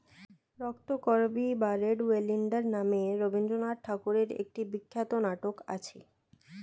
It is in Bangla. রক্তকরবী বা রেড ওলিয়েন্ডার নামে রবিন্দ্রনাথ ঠাকুরের একটি বিখ্যাত নাটক আছে